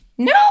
No